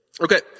Okay